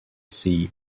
sea